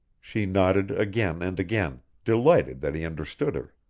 she nodded again and again, delighted that he understood her.